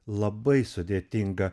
labai sudėtinga